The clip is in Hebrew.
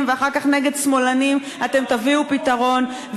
ואחר כך נגד שמאלנים אתם תביאו פתרון.